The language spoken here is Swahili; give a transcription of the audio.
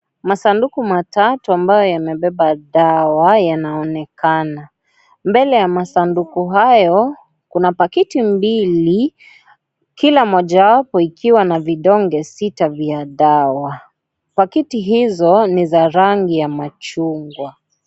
Masanduku matatu ambayo yamebeba dawa yanaonekana. Mbele ya masanduku hayo, kuna pakiti mbili, kila mojayapo ikiwa na vidonge sita vya dawa. Pakiti hizo ni za rangi ya machungwa.